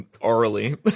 orally